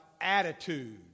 attitude